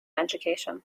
education